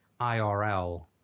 IRL